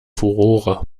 furore